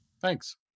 Thanks